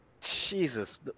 Jesus